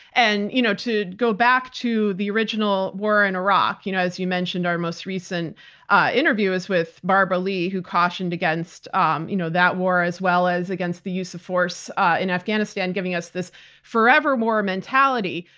and you know to go back to the original war in iraq, you know as you mentioned, our most recent ah interview was with barbara lee who cautioned against um you know that war as well as against the use of force in afghanistan, giving us this forevermore mentality.